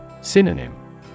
Synonym